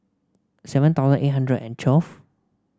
seven thousand eight hundred and twelve